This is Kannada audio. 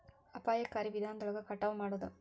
ಅಪಾಯಕಾರಿ ವಿಧಾನದೊಳಗ ಕಟಾವ ಮಾಡುದ